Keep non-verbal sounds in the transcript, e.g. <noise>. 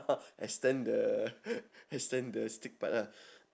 extend the <laughs> extend the stick part ah